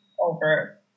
over